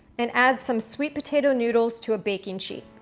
then add some sweet potato noodles to a baking sheet.